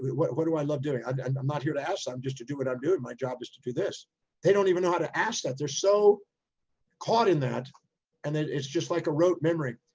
what what do i love doing? and and i'm not here to ask that, i'm just to do what i'm doing, my job is to do this they don't even know how to ask that. they're so caught in that and then it's just like a rote memory.